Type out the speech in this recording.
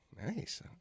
Nice